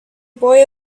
boy